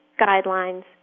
guidelines